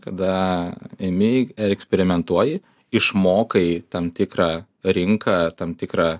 kada imi ir eksperimentuoji išmokai tam tikrą rinką tam tikrą